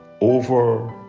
over